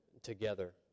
Together